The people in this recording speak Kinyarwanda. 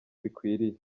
bikwiriye